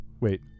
Wait